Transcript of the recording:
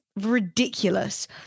ridiculous